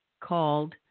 called